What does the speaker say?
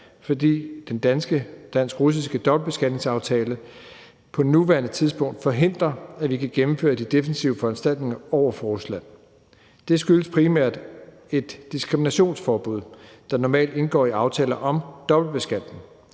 fordi den dansk-russiske dobbeltbeskatningsaftale på nuværende tidspunkt forhindrer, at vi kan gennemføre de defensive foranstaltninger over for Rusland. Det skyldes primært et diskriminationsforbud, der normalt indgår i aftaler om dobbeltbeskatning.